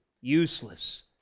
useless